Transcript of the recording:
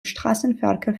straßenverkehr